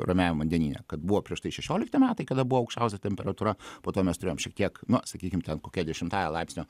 ramiajam vandenyne kad buvo prieš tai šešiolikti metai kada buvo aukščiausia temperatūra po to mes turėjom šiek tiek na sakykim ten kokia dešimtąja laipsnio